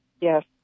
Yes